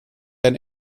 and